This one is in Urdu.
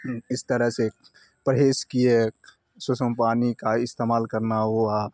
اس طرح سے پرہیز کیے سسم پانی کا استعمال کرنا ہوا